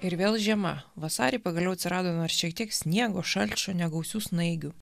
ir vėl žiema vasarį pagaliau atsirado nors šiek tiek sniego šalčio negausių snaigių